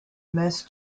mess